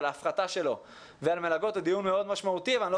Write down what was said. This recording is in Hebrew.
על ההפחתה שלו ועל מלגות הוא דיון מאוד משמעותי אבל אני לא